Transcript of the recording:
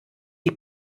die